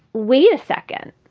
wait a second